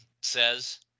says